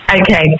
Okay